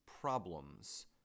problems